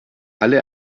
alle